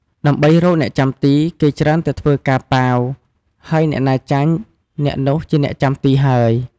ដើម្បីរកអ្នកចាំទី គេច្រើនតែធ្វើការប៉ាវ ហើយអ្នកណាចាញ់ អ្នកនោះជាអ្នកចាំទីហើយ។